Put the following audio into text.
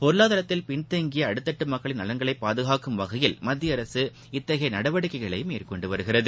பொருளாதாரத்தில் பின் தங்கிய அடித்தட்டு மக்களின் நலன்களைப் பாதுகாக்கும் வகையில் மத்திய அரசு இத்தகைய நடவடிக்கைகளை மேற்கொண்டு வருகிறது